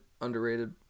underrated